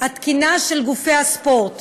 התקינה של גופי הספורט.